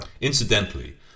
Incidentally